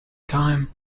time